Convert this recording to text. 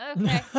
Okay